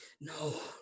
no